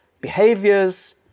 behaviors